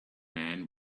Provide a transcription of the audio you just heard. man